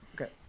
Okay